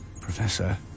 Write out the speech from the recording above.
Professor